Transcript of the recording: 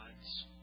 God's